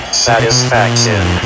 satisfaction